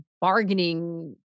bargaining